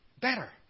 better